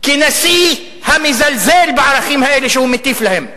כנשיא המזלזל בערכים האלה שהוא מטיף להם.